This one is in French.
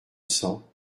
cents